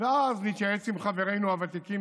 ואז נתייעץ עם חברינו הוותיקים,